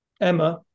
Emma